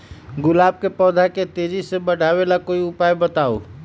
गुलाब के पौधा के तेजी से बढ़ावे ला कोई उपाये बताउ?